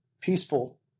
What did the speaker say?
peaceful